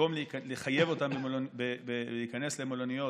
במקום לחייב אותם להיכנס למלוניות.